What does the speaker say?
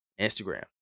Instagram